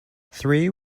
three